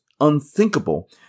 unthinkable